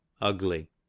ugly